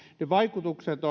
ne vaikutukset